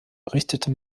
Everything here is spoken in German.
richtete